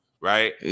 Right